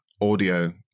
audio